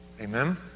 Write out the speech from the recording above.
Amen